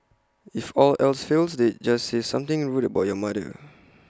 if all else fails they just say something rude about your mother